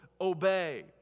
obey